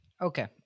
Okay